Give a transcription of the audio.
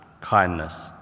kindness